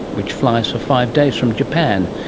which flies from five days from japan,